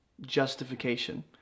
justification